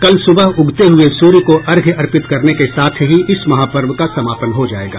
कल सुबह उगते हुये सूर्य को अर्घ्य अर्पित करने के साथ ही इस महापर्व का समापन हो जायेगा